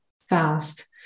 fast